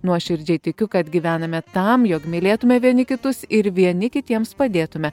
nuoširdžiai tikiu kad gyvename tam jog mylėtume vieni kitus ir vieni kitiems padėtume